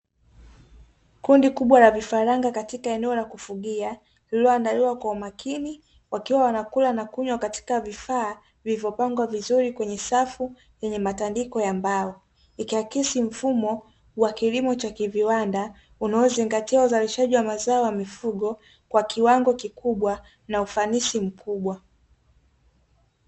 Kundi kubwa la vifaranga katika eneo la kufugia lililoandaliwa kwa umakini, wakiwa wanakula na kunywa katika vifaa vilivyopangwa vizuri kwenye safu yenye matandiko ya mbao, ikiakisi mfumo wa kilimo cha kiviwanda unaozingatia uzalishaji wa mazao ya mifugo kwa kiwango kikubwa na ufanisi mkubwa.